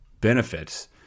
benefits